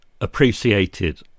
appreciated